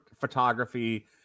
photography